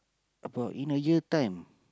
about in a year time